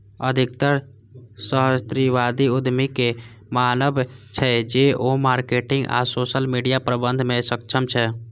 अधिकतर सहस्राब्दी उद्यमीक मानब छै, जे ओ मार्केटिंग आ सोशल मीडिया प्रबंधन मे सक्षम छै